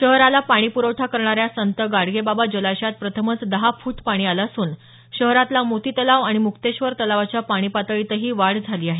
शहराला पाणीपुरवठा करणाऱ्या संत गाडगे बाबा जलाशयात प्रथमच दहा फूट पाणी आलं असून शहरातला मोती तलाव आणि मुक्तेश्वर तलावाच्या पाणीपातळीत वाढ झाली आहे